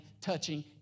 touching